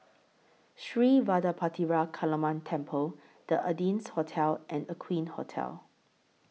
Sri Vadapathira Kaliamman Temple The Ardennes Hotel and Aqueen Hotel